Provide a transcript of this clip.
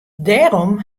dêrom